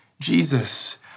Jesus